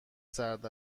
سرد